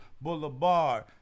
boulevard